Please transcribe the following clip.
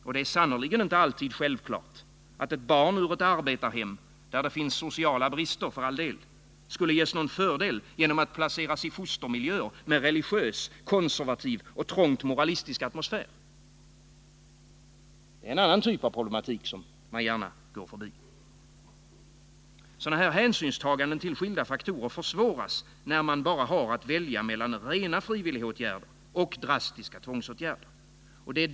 Och det är sannerligen inte alltid självklart att ett barn ur ett arbetarhem, där det för all del finns sociala brister, ges någon fördel genom att placeras i fostermiljöer med religiös, konservativ och trångt moralistisk atmosfär. Det är en annan typ av problematik som man gärna går förbi. Hänsynstaganden till sådana skilda faktorer försvåras när man bara kan välja mellan rena frivilligåtgärder och drastiska tvångsåtgärder.